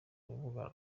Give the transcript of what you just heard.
urubuga